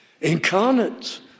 Incarnate